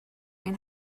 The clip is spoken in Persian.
این